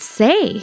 say